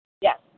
Yes